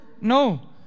No